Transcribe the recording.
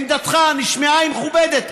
עמדתך נשמעה, היא מכובדת.